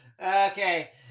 Okay